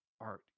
art